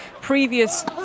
previous